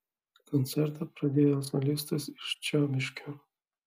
koncertą pradėjo solistas iš čiobiškio